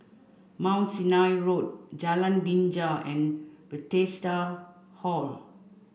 Mount Sinai Road Jalan Binja and Bethesda Hall